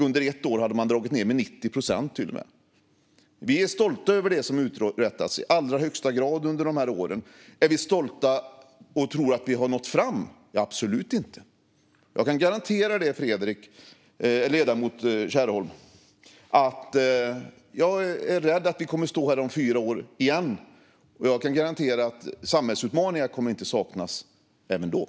Under ett år hade man dragit ned med 90 procent till och med. Vi är i allra högsta grad stolta över det som uträttades under de åren. Är vi stolta och tror att vi har nått fram? Absolut inte. Jag kan garantera ledamoten Fredrik Kärrholm att jag är rädd att vi kommer att stå här igen om fyra år och att samhällsutmaningar inte kommer att saknas då heller.